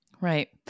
Right